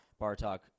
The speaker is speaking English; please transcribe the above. Bartok